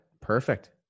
Perfect